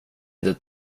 inte